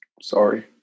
Sorry